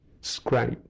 scrape